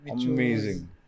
amazing